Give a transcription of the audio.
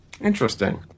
Interesting